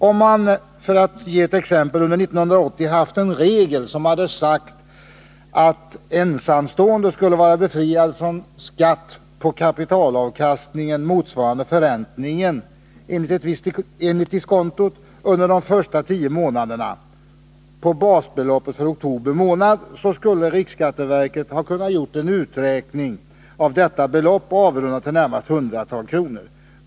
Om man exempelvis under 1980 haft en regel som hade sagt att ensamstående skulle vara befriad från skatt på en kapitalavkastning som motsvarade förräntningen enligt diskontot under de första tio månaderna på basbeloppet för oktober månad, så skulle riksskatteverket ha kunnat göra en uträkning av detta belopp, avrundat till närmaste hundratal kronor.